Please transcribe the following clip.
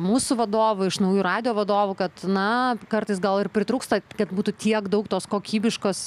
mūsų vadovų iš naujų radijo vadovų kad na kartais gal ir pritrūksta kad būtų tiek daug tos kokybiškos